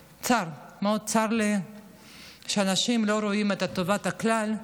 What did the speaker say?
מאוד צר לי שאנשים לא רואים את טובת הכלל,